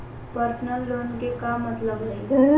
Personal loan के का मतलब हई?